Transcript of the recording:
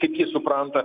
kaip ji supranta